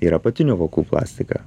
ir apatinių vokų plastiką